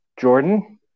Jordan